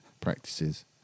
practices